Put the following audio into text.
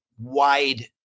wide